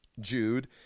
jude